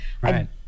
Right